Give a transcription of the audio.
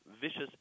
vicious